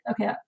okay